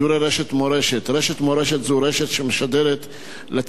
רשת מורשת זו רשת שמשדרת לציבור הדתי במדינת ישראל,